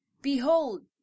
Behold